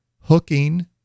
hooking